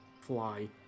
fly